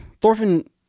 Thorfinn